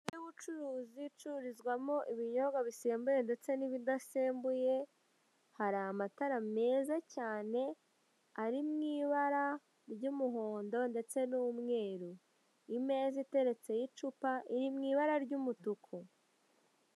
Inzu y'ubucuruzi icururizwamo ibinyobwa bisembuye ndetse n'ibidasembuye hari amatara meza cyane ari mu ibara ry'umuhondo ndetse n'umweru. Imeza iteretseho icupa iri mu ibara ry'umutuku.